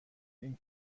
این